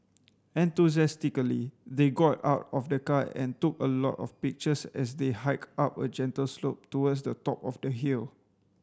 enthusiastically they got out of the car and took a lot of pictures as they hiked up a gentle slope towards the top of the hill